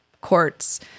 courts